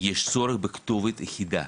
יש צורך בכתובת יחידה,